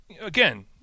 again